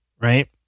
right